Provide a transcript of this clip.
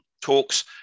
talks